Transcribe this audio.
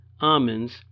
almonds